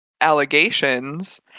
allegations